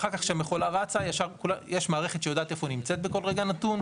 ואחר כך כשמכולה רצה ישר יש מערכת שיודעת איפה היא נמצאת בכל רגע נתון.